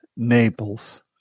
Naples